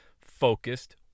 focused